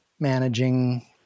Managing